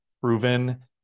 proven